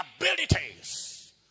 abilities